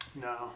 No